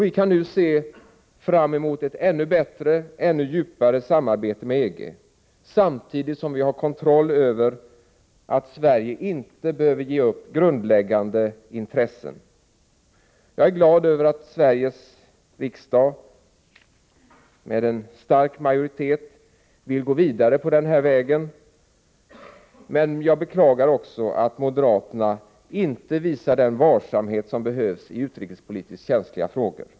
Vi kan nu se fram emot ett ännu bättre och ännu djupare samarbete med EG, samtidigt som vi har kontroll över att Sverige inte behöver ge upp grundläggande intressen. Jag är glad över att Sveriges riksdag med en stark majoritet vill gå vidare på den här vägen, men jag beklagar också att moderaterna inte visar den varsamhet som behövs i utrikespolitiskt känsliga frågor.